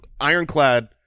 ironclad